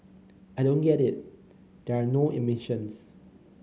I don't get it there are no emissions